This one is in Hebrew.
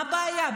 מה הבעיה?